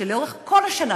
שלאורך כל השנה,